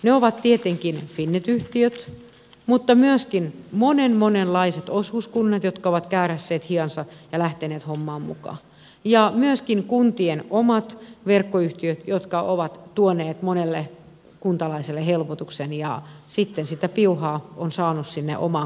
ne ovat tietenkin finnet yhtiöt mutta myöskin monen monenlaiset osuuskunnat jotka ovat kääräisseet hihansa ja lähteneet hommaan mukaan ja myöskin kuntien omat verkkoyhtiöt jotka ovat tuoneet monelle kuntalaiselle helpotuksen ja sitten sitä piuhaa on saanut sinne omaan kotiseinään kiinni